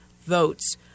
votes